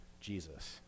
Jesus